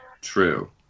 True